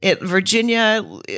Virginia